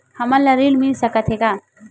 हमन ला ऋण मिल सकत हे का?